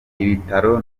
ibitaro